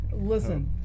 Listen